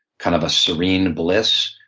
kind of a serene bliss,